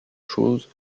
chose